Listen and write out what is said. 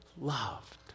loved